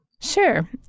Sure